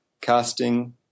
casting